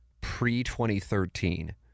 pre-2013